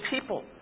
people